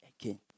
again